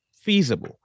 feasible